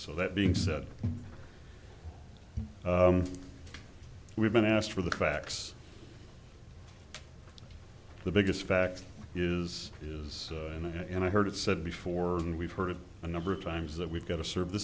so that being said we've been asked for the facts the biggest fact is is and i've heard it said before and we've heard of a number of times that we've got to serve the